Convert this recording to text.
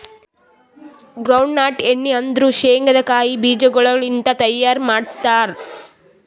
ground nut ಎಣ್ಣಿ ಅಂದುರ್ ಶೇಂಗದ್ ಕಾಯಿ ಬೀಜಗೊಳ್ ಲಿಂತ್ ತೈಯಾರ್ ಮಾಡ್ತಾರ್